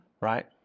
Right